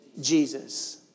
Jesus